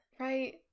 Right